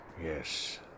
Yes